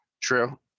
true